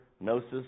Gnosis